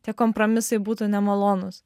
tie kompromisai būtų nemalonūs